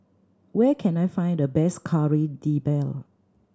where can I find the best Kari Debal